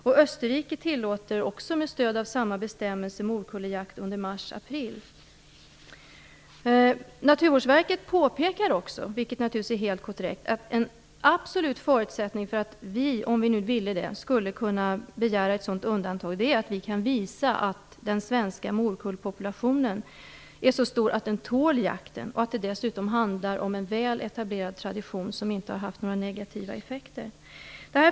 Även Österrike tillåter med stöd av samma bestämmelse morkulljakt under marsapril. Naturvårdsverket påpekar också, vilket naturligtvis är helt korrekt, att en absolut förutsättning för att Sverige skulle kunna begära ett sådant undantag, om vi nu skulle vilja det, är att Sverige kan visa att den svenska morkullpopulationen är så stor att den tål denna jakt. Dessutom skall vi kunna visa att detta är en väl etablerad tradition som inte har haft några negativa effekter.